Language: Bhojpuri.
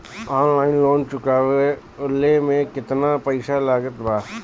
ऑनलाइन लोन चुकवले मे केतना पईसा लागत बा?